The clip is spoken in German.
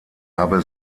habe